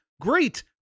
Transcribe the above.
great